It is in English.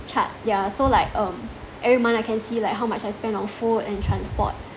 chart ya so like um every month I can see like how much I spend on food and transport